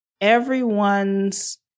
everyone's